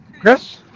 Chris